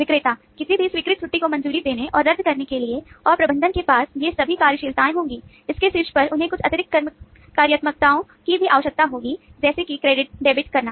विक्रेता किसी भी स्वीकृत छुट्टी को मंजूरी देने और रद्द करने के लिए और प्रबंधक के पास ये सभी कार्यशीलताएं होंगी इसके शीर्ष पर उन्हें कुछ अतिरिक्त कार्यात्मकताओं की भी आवश्यकता होगी जैसे कि क्रेडिट करना